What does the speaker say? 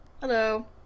Hello